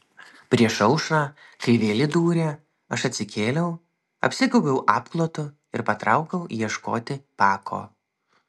prieš aušrą kai vėl įdūrė aš atsikėliau apsigaubiau apklotu ir patraukiau ieškoti pako